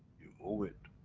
you move it,